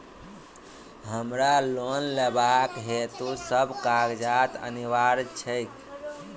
हमरा लोन लेबाक हेतु की सब कागजात अनिवार्य छैक?